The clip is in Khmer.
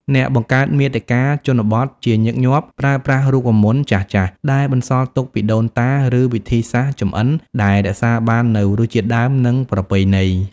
អ្នកបង្កើតមាតិកាជនបទជាញឹកញាប់ ប្រើប្រាស់រូបមន្តចាស់ៗ ដែលបន្សល់ទុកពីដូនតា ឬ វិធីសាស្រ្តចម្អិនដែលរក្សាបាននូវរសជាតិដើម និងប្រពៃណី។